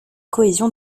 cohésion